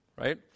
Right